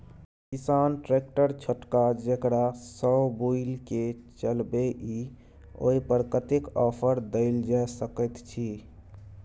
किसान ट्रैक्टर छोटका जेकरा सौ बुईल के चलबे इ ओय पर कतेक ऑफर दैल जा सकेत छै?